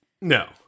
No